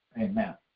Amen